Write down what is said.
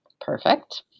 Perfect